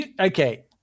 Okay